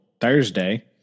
Thursday